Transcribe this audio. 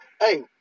Hey